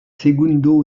segundo